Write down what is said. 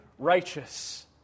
Righteous